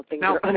Now